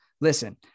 Listen